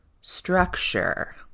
structure